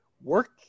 work